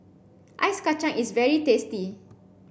Ice Kachang is very tasty